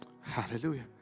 Hallelujah